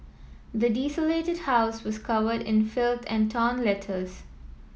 the desolated house was covered in filth and torn letters